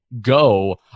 go